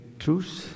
truce